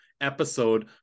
episode